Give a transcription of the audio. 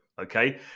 Okay